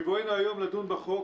בבואנו היום לדון בחוק,